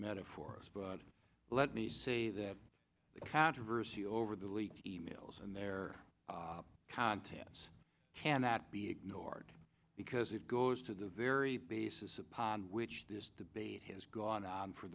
metaphor us but let me say that the controversy over the leak emails and their contents cannot be ignored because it goes to the very basis upon which this debate has gone on for